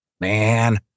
man